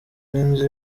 n’inzu